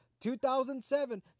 2007